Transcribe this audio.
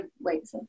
wait